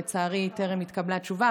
לצערי, טרם התקבלה תשובה.